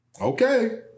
Okay